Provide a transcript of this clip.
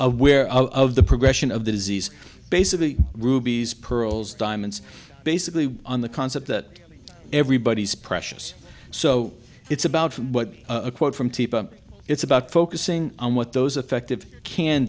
aware of the progression of the disease basically rubies pearls diamonds basically on the concept that everybody's precious so it's about what a quote from t it's about focusing on what those effective can